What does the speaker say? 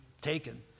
taken